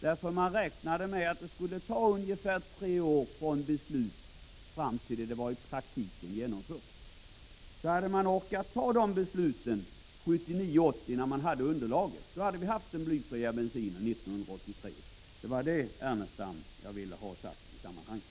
Man räknade nämligen med att det skulle ta ungefär tre år från beslut fram till dess att det var i praktiken genomfört. Hade man orkat ta det beslutet 1979/80 när man hade underlaget, så hade vi haft blyfri bensin 1983. Det var det, Lars Ernestam, som jag ville ha sagt i sammanhanget.